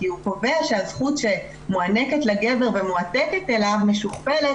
כי הוא קובע שהזכות שמוענקת לגבר ומועתקת אליו משוכפלת